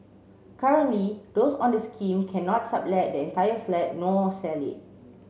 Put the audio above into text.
currently those on the scheme cannot sublet the entire flat nor sell it